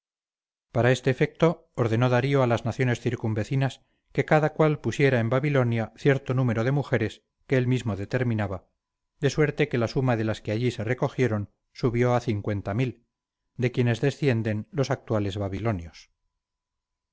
para este efecto ordenó darío a las naciones circunvecinas que cada cual pusiera en babilonia cierto número de mujeres que él mismo determinaba de suerte que la suma de las que allí se recogieron subió a cincuenta mil de quienes descienden los actuales babilonios